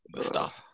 stop